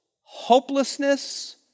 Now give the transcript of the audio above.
hopelessness